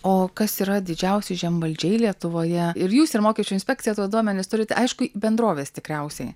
o kas yra didžiausi žemvaldžiai lietuvoje ir jūs ir mokesčių inspekcija tuos duomenis turite aišku bendrovės tikriausiai